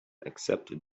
accepted